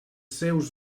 seus